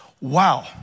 wow